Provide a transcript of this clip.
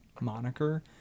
moniker